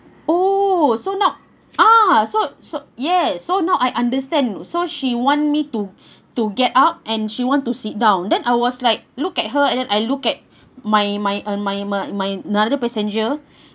oh so now ah so so yes so now I understand so she want me to to get up and she want to sit down then I was like look at her and I look at my my uh my my my another passenger